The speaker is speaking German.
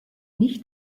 nicht